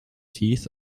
teeth